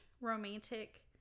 romantic